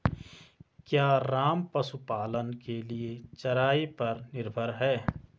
क्या राम पशुपालन के लिए चराई पर निर्भर है?